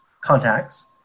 contacts